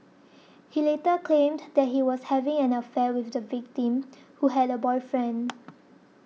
he later claimed that he was having an affair with the victim who had a boyfriend